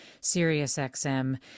SiriusXM